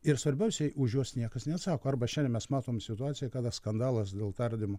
ir svarbiausiai už juos niekas neatsako arba šiandien mes matom situaciją kada skandalas dėl tardymo